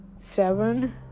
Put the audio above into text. seven